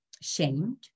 shamed